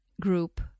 group